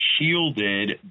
shielded